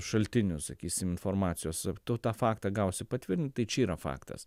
šaltinius sakysim informacijos tu tą faktą gausi patvirtintai čia yra faktas